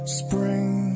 spring